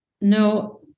No